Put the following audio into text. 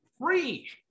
free